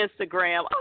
Instagram